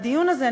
והדיון הזה,